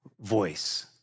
voice